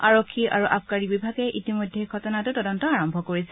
আৰক্ষী আৰু আবকাৰী বিভাগে ইতিমধ্যে ঘটনাটোৰ তদন্ত আৰম্ভ কৰিছে